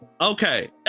Okay